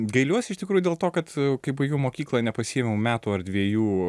gailiuosi iš tikrųjų dėl to kad kai baigiau mokyklą nepasiėmiau metų ar dviejų